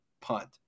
punt